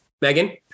Megan